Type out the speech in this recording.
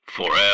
Forever